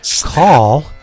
call